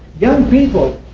young people,